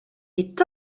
est